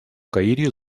каире